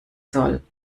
soll